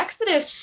Exodus